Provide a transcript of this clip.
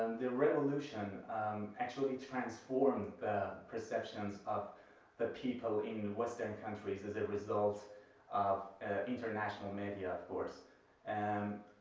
um the revolution actually transformed the perceptions of the people in western countries as a result of international media of course. and